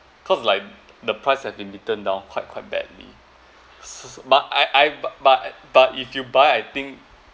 cause like the price been written down quite quite badly but I I but but if you buy I think